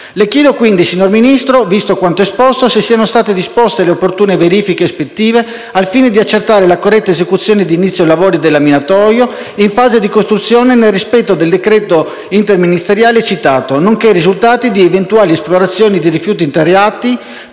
le chiedo, signor Ministro, visto quanto esposto, se siano state disposte le opportune verifiche ispettive al fine di accertare la corretta esecuzione di inizio lavori del laminatoio in fase di costruzione nel rispetto del decreto ministeriale citato, nonché i risultati di eventuali esplorazioni di rifiuti interrati